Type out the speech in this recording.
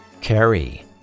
Carrie